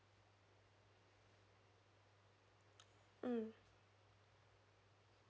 mm